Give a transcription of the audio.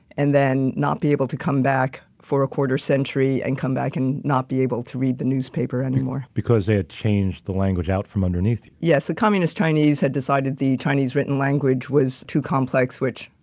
and then not be able to come back for a quarter century and come back and not be able to read the newspaper anymore. because it changed the language out from underneath you. yes, the communist chinese had decided the chinese written language was too complex, which,